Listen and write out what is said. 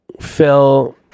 Phil